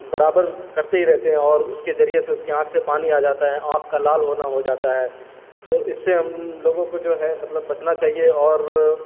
برابر کرتے ہی رہتے ہیں اور اس کے ذریعے سے اس کے آنکھ سے پانی آ جاتا ہے اور آنکھ کا لال ہونا ہو جاتا ہے تو اس سے ہم لوگوں کو جو ہے مطلب بچنا چاہیے اور